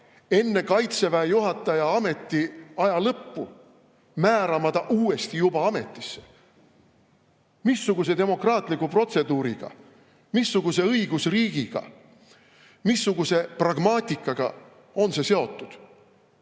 enne Kaitseväe juhataja ametiaja lõppu määrama ta juba uuesti ametisse? Missuguse demokraatliku protseduuriga, missuguse õigusriigiga, missuguse pragmaatikaga on see seotud?